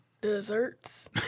desserts